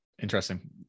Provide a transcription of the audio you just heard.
Interesting